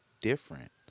different